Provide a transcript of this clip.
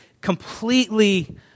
completely